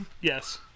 Yes